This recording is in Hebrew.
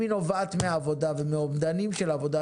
היא נובעת מעבודה ומאומדנים של עבודה,